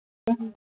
ꯎꯝ